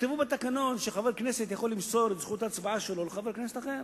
תכתבו בתקנון שחבר כנסת יכול למסור את זכות ההצבעה שלו לחבר כנסת אחר,